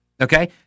Okay